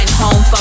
home